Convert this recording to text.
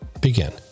Begin